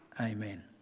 Amen